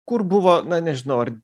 kur buvo na nežinau ar